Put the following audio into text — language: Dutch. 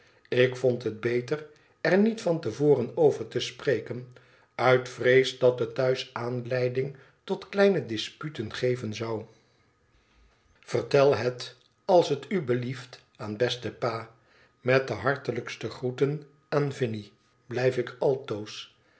ik vond het beter er niet van te voren over te spreken uit vrees dat het thuis aanleiding tot kleine disputen geven zou vriend vertel het als t u blieft aan besten pa met de hartelijkste groeten aan vinie blijf ik altoos